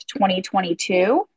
2022